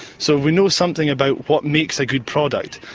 so we know something about what makes a good product,